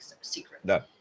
secret